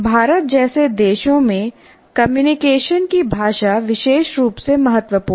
भारत जैसे देशों में कम्युनिकेशन की भाषा विशेष रूप से महत्वपूर्ण है